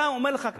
אני אומר לך,